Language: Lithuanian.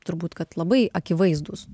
turbūt kad labai akivaizdūs